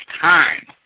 time